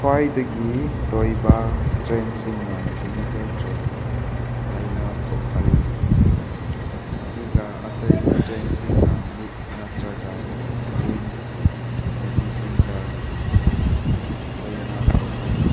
ꯈ꯭ꯋꯥꯏꯗꯒꯤ ꯇꯣꯏꯕ ꯏꯁꯇ꯭ꯔꯦꯟꯁꯤꯡꯅ ꯖꯦꯅꯤꯇꯜ ꯇ꯭ꯔꯦꯛꯇ ꯂꯩꯅꯥ ꯊꯣꯛꯍꯜꯂꯤ ꯑꯗꯨꯒ ꯑꯇꯩ ꯏꯁꯇ꯭ꯔꯦꯟꯁꯤꯡꯅ ꯃꯤꯠ ꯅꯠꯇ꯭ꯔꯒ ꯂꯤꯝ ꯅꯣꯗꯤꯁꯤꯡꯗ ꯂꯩꯅꯥ ꯊꯣꯛꯍꯜꯂꯤ